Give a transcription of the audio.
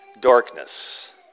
darkness